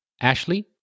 Ashley